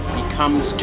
becomes